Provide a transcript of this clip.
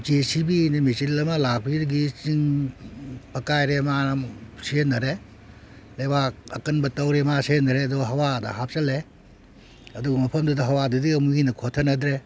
J C ꯕꯤꯅ machine ꯑꯃ ꯂꯥꯛꯄꯁꯤꯗꯒꯤ ꯆꯤꯡ ꯐꯛꯀꯥꯏꯔꯦ ꯃꯥꯅ ꯁꯤꯖꯤꯟꯅꯔꯦ ꯂꯩꯕꯥꯛ ꯑꯀꯟꯕ ꯇꯧꯔꯦ ꯃꯥ ꯁꯤꯖꯤꯟꯅꯔꯦ ꯑꯗꯣ ꯍꯥꯋꯥꯗ ꯍꯥꯞꯆꯜꯂꯦ ꯑꯗꯨꯒ ꯃꯐꯝꯗꯨꯗ ꯍꯋꯥꯗꯨꯗꯒꯤ ꯑꯃꯨꯛ ꯃꯤꯅ ꯈꯣꯊꯅꯗ꯭ꯔꯦ